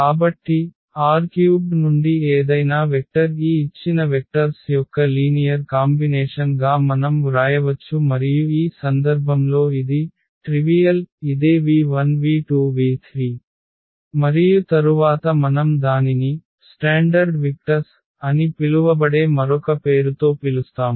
కాబట్టి R³ నుండి ఏదైనా వెక్టర్ ఈ ఇచ్చిన వెక్టర్స్ యొక్క లీనియర్ కాంబినేషన్ గా మనం వ్రాయవచ్చు మరియు ఈ సందర్భంలో ఇది అల్పమైనది ఇదే v1 v2 v3 మరియు తరువాత మనం దానిని ప్రామాణిక వెక్టర్స్ అని పిలువబడే మరొక పేరుతో పిలుస్తాము